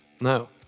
no